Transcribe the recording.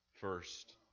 first